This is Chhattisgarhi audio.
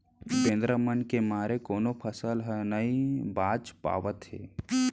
बेंदरा मन के मारे कोनो फसल ह नइ बाच पावत हे